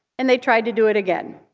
and they tried to do it again.